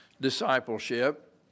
discipleship